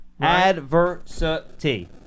adversity